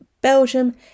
Belgium